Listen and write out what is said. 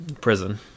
prison